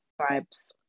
vibes